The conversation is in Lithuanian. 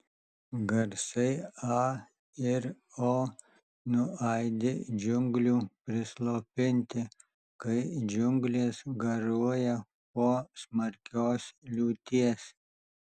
garsai a ir o nuaidi džiunglių prislopinti kai džiunglės garuoja po smarkios liūties